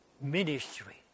Ministry